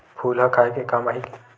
फूल ह खाये के काम आही?